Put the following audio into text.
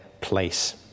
place